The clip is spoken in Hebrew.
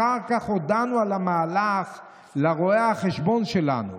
אחר כך הודענו על המהלך לרואה החשבון שלנו,